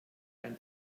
ein